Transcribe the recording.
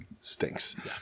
stinks